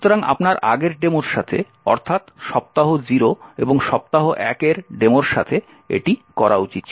সুতরাং আপনার আগের ডেমোর সাথে অর্থাৎ সপ্তাহ 0 এবং সপ্তাহ 1 এর ডেমোর সাথে এটি করা উচিত ছিল